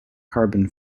carbon